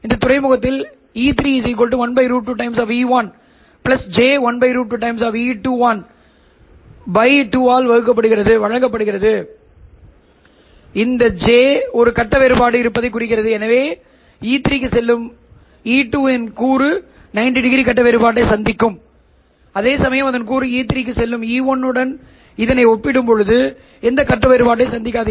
இந்த துறைமுகத்தில் E3 1√2 E1 j 1√2 E21 by2 ஆல் வழங்கப்படுகிறது இந்த j ஒரு கட்ட வேறுபாடு இருப்பதைக் குறிக்கிறது எனவே E3 க்கு செல்லும் E2 இன் கூறு 90o கட்ட வேறுபாட்டை சந்திக்கும் அதேசமயம் அதன் கூறு E3 க்கு செல்லும் E1 இதனுடன் ஒப்பிடும்போது எந்த கட்ட வேறுபாட்டையும் சந்திக்காது